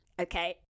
Okay